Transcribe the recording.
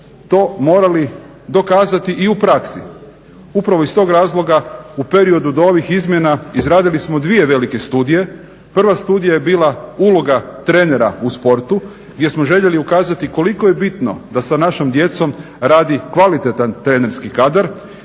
to morali dokazati i u praksi. Upravo iz tog razloga u periodu do ovih izmjena izradili smo dvije velike studije. Prva studija je bila uloga trenera u sportu gdje smo željeli ukazati koliko je bitno da sa našom djecom radi kvalitetan trenerski kadar.